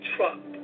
Trump